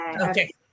Okay